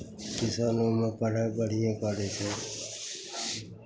ट्यूशनोमे पढ़ाइ बढ़िएँ करै छै